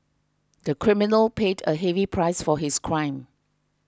the criminal paid a heavy price for his crime